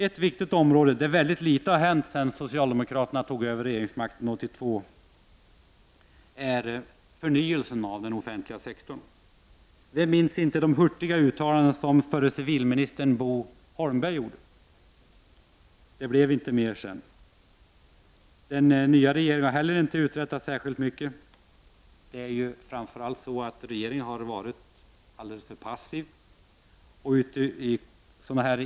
Ett viktigt område där mycket litet har hänt sedan socialdemokraterna tog över regeringsmakten 1982 är förnyelsen av den offentliga sektorn. Vem minns inte de hurtiga uttalanden som förre civilministern Bo Holmberg gjorde. Det blev inte mer sedan. Den nya regeringen har inte heller uträttat särskilt mycket.